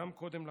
גם קודם לכן,